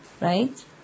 right